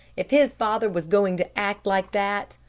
if his father was going to act like that,